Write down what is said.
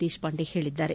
ದೇಶಪಾಂಡೆ ಹೇಳಿದ್ದಾರೆ